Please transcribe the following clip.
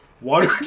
water